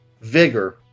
vigor